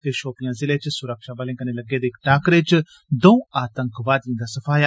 षोपियां जिले च सुरक्षाबलें कन्नै लग्गे दे इक टाकरे च द'ऊं आतंकवादिएं दा सफाया